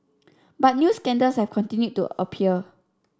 but new scandals have continued to appear